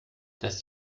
das